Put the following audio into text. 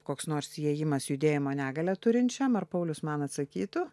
koks nors įėjimas judėjimo negalią turinčiam ar paulius man atsakytų